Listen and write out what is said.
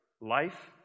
life